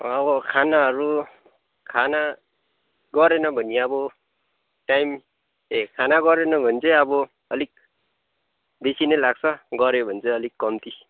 अब खानाहरू खाना परेन भने अब टाइम ए खाना गरेन भने चाहिँ अब अलिक बेसी नै लाग्छ गऱ्यो भने चाहिँ अलिक कम्ती